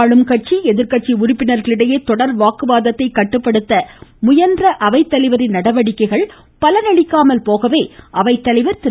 ஆளும் கட்சி எதிர்கட்சி உறுப்பினர்களிடையே தொடர் வாக்குவாதத்தை கட்டுப்படுத்த முயன்ற அவைத்தலைவரின் நடவடிக்கைகள் பலனளிக்காமல் போகவே அவைத்தலைவர் திரு